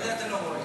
מה זה, אתה לא רואה?